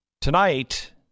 tonight